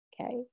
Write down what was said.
okay